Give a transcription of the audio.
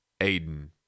Aiden